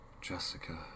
Jessica